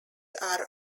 are